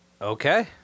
okay